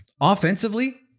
offensively